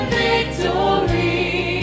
victory